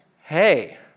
Hey